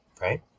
Right